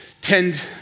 tend